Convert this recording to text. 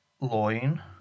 Loin